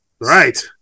Right